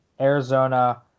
Arizona